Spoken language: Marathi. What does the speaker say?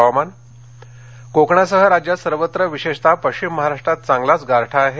हवामान कोकणासह राज्यात सर्वत्र विशेषतः पश्चिम महाराष्ट्रात चांगलाच गारठा आहे